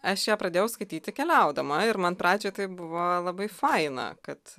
aš ją pradėjau skaityti keliaudama ir man pradžioj tai buvo labai faina kad